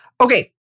Okay